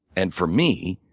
and for me,